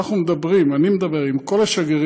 אנחנו מדברים, אני מדבר עם כל השגרירים,